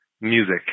music